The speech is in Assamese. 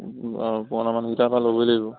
পুৰণা মানুহ কেইটাৰ পৰা ল'ব লাগিব